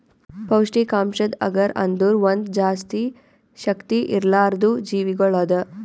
ಪೌಷ್ಠಿಕಾಂಶದ್ ಅಗರ್ ಅಂದುರ್ ಒಂದ್ ಜಾಸ್ತಿ ಶಕ್ತಿ ಇರ್ಲಾರ್ದು ಜೀವಿಗೊಳ್ ಅದಾ